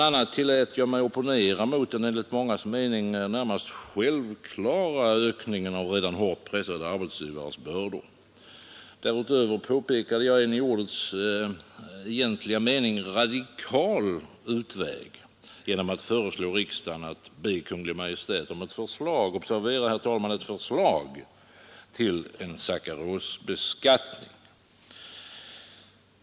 a. tillät jag mig opponera mot den enligt mångas mening närmast självklara ökningen av redan hårt pressade arbetsgivares bördor. Därutöver påpekade jag en i ordets egentliga mening radikal utväg genom att föreslå riksdagen att be Kungl. Maj:t om ett förslag, observera ett förslag, till en sackarosbeskattning.